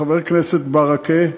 חבר הכנסת ברכה,